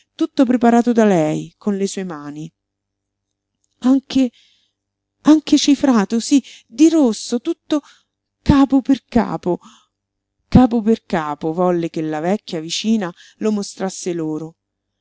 tutto preparato da lei con le sue mani anche anche cifrato sí di rosso tutto capo per capo capo per capo volle che la vecchia vicina lo mostrasse loro